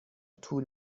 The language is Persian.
طول